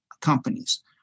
companies